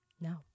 No